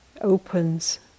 opens